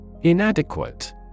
Inadequate